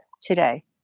today